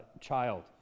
child